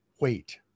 wait